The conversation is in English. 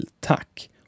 Tack